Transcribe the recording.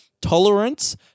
tolerance